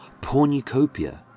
pornucopia